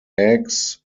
eggs